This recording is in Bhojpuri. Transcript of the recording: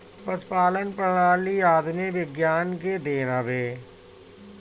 पशुपालन प्रणाली आधुनिक विज्ञान के देन हवे